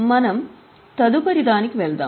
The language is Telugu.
మనం తదుపరిదానికి వెళ్దాం